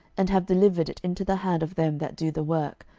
and have delivered it into the hand of them that do the work,